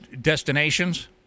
destinations